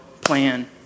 plan